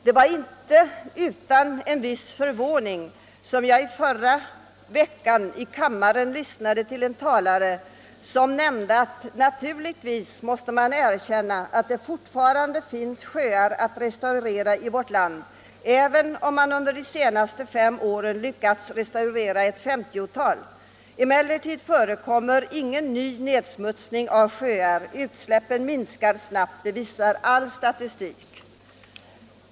Det var inte utan en viss förvåning som jag förra veckan i kammaren lyssnade till en talare, som yttrade: Naturligtvis måste man erkänna att det fortfarande finns sjöar att restaurera i vårt land — även om man under de senaste fem åren lyckats restaurera ett femtiotal. Emellertid förekommer ingen ny nedsmutsning av sjöar. Utsläppen minskar snabbt — det visar all statistik.